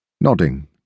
nodding